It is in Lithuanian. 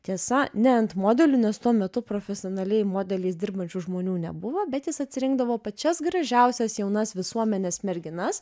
tiesa ne ant modelių nes tuo metu profesionaliai modeliais dirbančių žmonių nebuvo bet jis atsirinkdavo pačias gražiausias jaunas visuomenės merginas